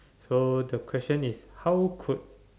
so the question is how could